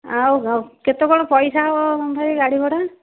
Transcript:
ଆଉ କ'ଣ କେତେ କ'ଣ ପଇସା ହେବ ଭାଇ ଗାଡ଼ି ଭଡ଼ା